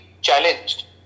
challenged